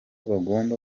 bagomba